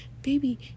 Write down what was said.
Baby